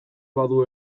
badu